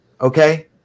okay